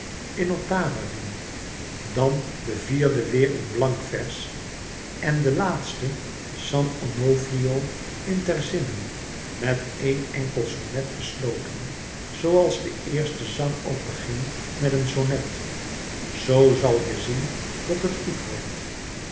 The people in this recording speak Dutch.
in ottave rime dan de vierde weêr in blankvers en de laatste san onofrio in terzinen met een ènkel sonnet gesloten zooals de eerste zang ook begint met een sonnet zoo zal je zien dat het goed wordt